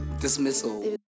Dismissal